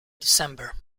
december